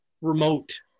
remote